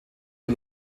die